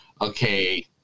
okay